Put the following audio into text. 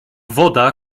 woda